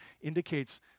indicates